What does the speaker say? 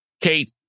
Kate